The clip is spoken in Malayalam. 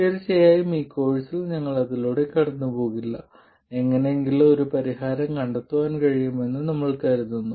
തീർച്ചയായും ഈ കോഴ്സിൽ ഞങ്ങൾ അതിലൂടെ കടന്നുപോകില്ല എങ്ങനെയെങ്കിലും പരിഹാരം കണ്ടെത്താൻ കഴിയുമെന്ന് ഞങ്ങൾ കരുതുന്നു